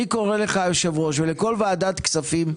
אני קורא לך היושב-ראש ולכל ועדת כספים,